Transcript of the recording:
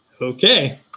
Okay